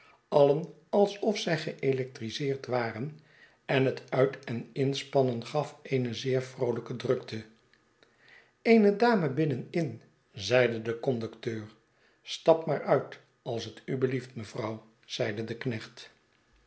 alien alsof zij geelectriseerd waren en het uit en inspannen gaf eene zeer vroolijke drukte eene dame binnenin zeide de conducteur stap maar uit als het u belieft mevrouw i zeide de knecht